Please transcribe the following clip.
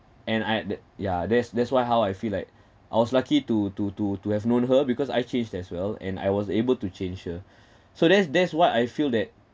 and I that ya that's that's why how I feel like I was lucky to to to to have known her because I changed as well and I was able to change her so that's that's what I feel that